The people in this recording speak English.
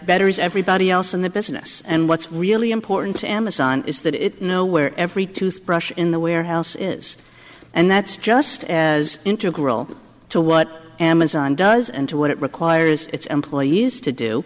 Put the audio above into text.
betters everybody else in the business and what's really important amazon is that it know where every toothbrushes in the warehouse is and that's just as integral to what amazon does and to what it requires its employees to do